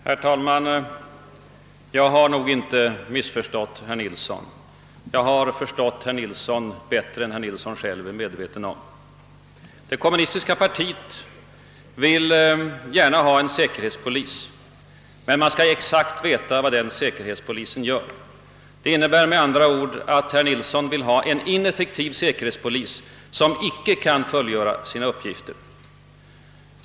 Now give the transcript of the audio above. Herr talman! Jag har nog inte missförstått herr Nilsson i Gävle. Jag har förstått herr Nilsson bättre än han själv är medveten om. Det kommunistiska partiet vill gärna ha en säkerhetspolis, men man skall veta exakt vad denna gör. Det innebär med andra ord att herr Nilsson vill ha en ineffektiv säkerhetspolis som inte kan fullgöra sina uppgifter.